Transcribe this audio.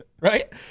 Right